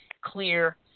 clear